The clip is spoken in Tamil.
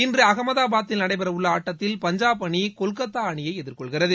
இன்று அகமதாபாத்தில் நடைபெறவுள்ள ஆட்டத்தில் பஞ்சாப் அணி கொல்கத்தா அணியை எதிர்கொள்கிறது